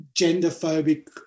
genderphobic